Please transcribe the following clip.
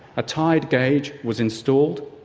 a tide gauge was installed,